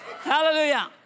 Hallelujah